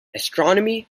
astronomy